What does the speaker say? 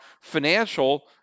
financial